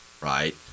right